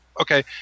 okay